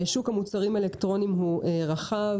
שוק המוצרים האלקטרוניים הוא רחב,